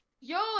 Yo